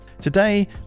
Today